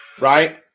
right